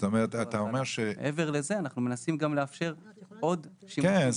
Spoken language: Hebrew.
מעבר לזה אנחנו מנסים לאפשר עוד --- כן,